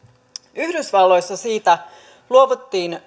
yhdysvalloissa siitä luovuttiin